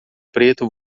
preto